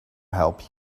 help